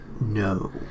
No